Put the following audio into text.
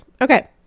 okay